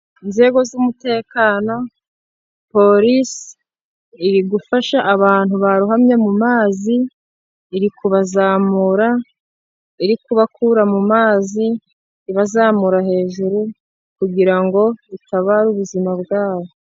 Inzego z'umutekano, polise iri gufasha abantu barohamye mu mazi, iri kubazamura, iri kubakura mu mazi ibazamura hejuru, kugira ngo bitabare ubuzima bwabo.